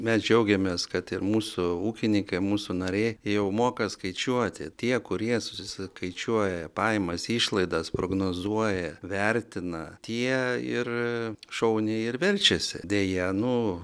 mes džiaugiamės kad ir mūsų ūkinykai mūsų nariai jau moka skaičiuoti tie kurie susiskaičiuoja pajamas išlaidas prognozuoja vertina tie ir šauniai ir verčiasi deja nu